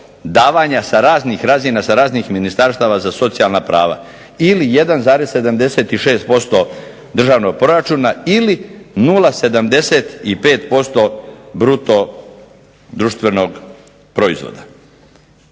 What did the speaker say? davanja sa raznih razina, sa raznih ministarstava za socijalna prava ili 1,76% državnog proračuna ili 0,75% bruto društvenog proizvoda.